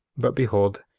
but behold,